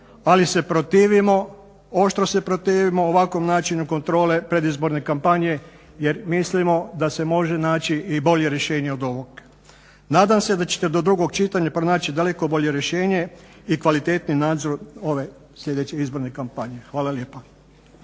ali se protivimo, oštro se protivimo ovakvom načinu kontrole predizborne kampanje jer mislimo da se može naći i bolje rješenje od ovog. Nadam se da ćete do drugog čitanja pronaći daleko bolje rješenje i kvalitetni nadzor ove sljedeće izborne kampanje. Hvala lijepa.